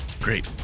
Great